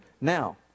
Now